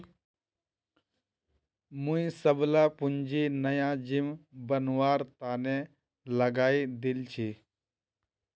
मुई सबला पूंजी नया जिम बनवार तने लगइ दील छि